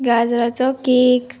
गाजराचो केक